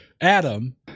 Adam